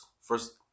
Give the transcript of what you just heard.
First